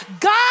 God